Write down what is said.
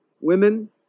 Women